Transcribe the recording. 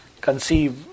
conceive